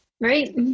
right